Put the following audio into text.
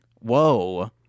Whoa